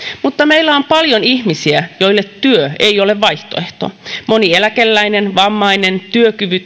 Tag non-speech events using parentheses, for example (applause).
mutta meillä on paljon ihmisiä joille työ ei ole vaihtoehto moni eläkeläinen vammainen työkyvytön (unintelligible)